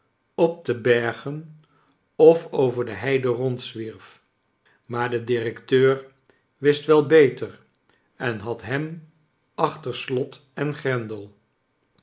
op de bergen of over de heide rondzwierf maar do directeur wist wel beter en had hem achter slot en grendel